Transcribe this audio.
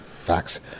Facts